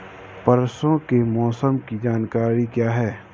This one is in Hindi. परसों के मौसम की जानकारी क्या है?